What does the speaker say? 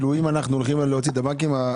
אם אנחנו הולכים להוציא את הבנקים,